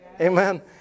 Amen